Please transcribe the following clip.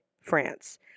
France